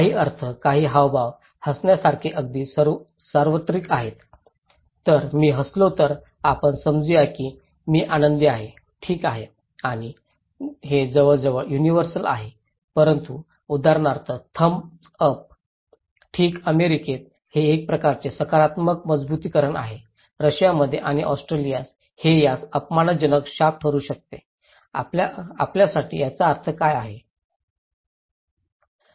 काही अर्थ काही हावभाव हसण्यासारखे अगदी सार्वत्रिक आहेत जर मी हसलो तर आपण समजून घ्या की मी आनंदी आहे ठीक आहे आणि हे जवळजवळ युनिव्हर्सल आहे परंतु उदाहरणार्थ थंब्स अप ठीक अमेरिकेत हे एक प्रकारचे सकारात्मक मजबुतीकरण आहे रशियामध्ये आणि ऑस्ट्रेलिया हे यास अपमानजनक शाप ठरू शकते आपल्यासाठी या अर्थाचा काय अर्थ आहे